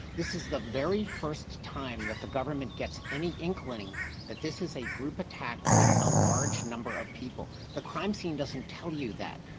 this is the very first time that the government gets any inkling that this is a group attack with a large number of people. the crime scene doesn't tell you that.